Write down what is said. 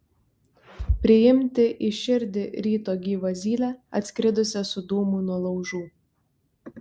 priimti į širdį ryto gyvą zylę atskridusią su dūmu nuo laužų